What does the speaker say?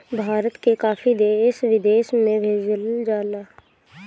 भारत के काफी देश विदेश में भेजल जाला